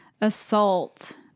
assault